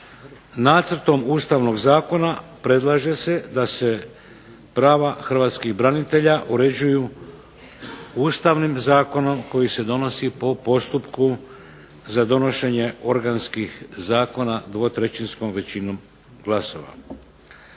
nacrtom ustavnog zakona predlaže se da se prava hrvatskih branitelja uređuju ustavnim zakonom koji se donosi po postupku za donošenje organskih zakona dvotrećinskom većinom glasova.